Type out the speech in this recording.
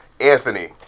Anthony